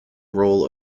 role